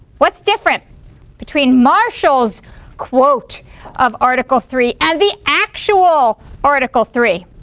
what's different between marshall's quote of article three and the actual article three?